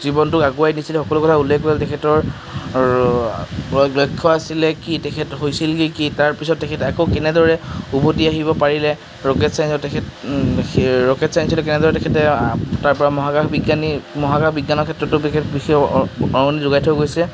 জীৱনটোক আগুৱাই নিছিলে সকলো কথা উল্লেখ কৰিছে তেখেতৰ লক্ষ্য আছিলে কি তেখেত হৈছিলগৈ কি তাৰপিছত তেখেত আকৌ কেনেদৰে উভতি আহিব পাৰিলে ৰকেট চাইঞ্চত তেখেত ৰকেট চাইঞ্চত কেনেদৰে তেখেতে তাৰপৰা মহাকাশ বিজ্ঞানী মহাকাশ বিজ্ঞানৰ ক্ষেত্ৰতো তেখেতে বিশেষ বৰঙণি যোগাই থৈ গৈছে